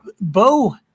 Bo